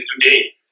today